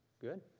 Good